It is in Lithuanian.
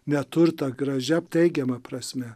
neturtą gražia teigiama prasme